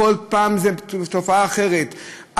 כל פעם זאת תופעה אחרת,